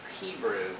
Hebrew